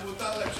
אבל מותר להם.